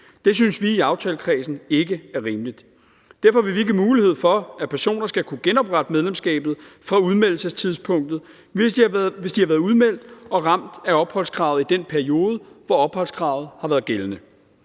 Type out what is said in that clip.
Det synes vi i aftalekredsen ikke er rimeligt. Derfor vil vi give mulighed for, at personer skal kunne genoprette medlemskabet fra udmeldelsestidspunktet, hvis de har været udmeldt og ramt af opholdskravet i den periode, hvor opholdskravet har været gældende.